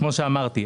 כפי שאמרתי,